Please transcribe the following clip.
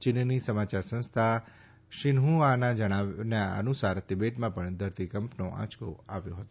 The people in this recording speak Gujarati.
ચીનની સમાચાર સંસ્થા શિન્ફઆના જણાવ્યા અનુસાર તિબેટમાં પણ ધરતીકંપનો આંચકો આવ્યો હતો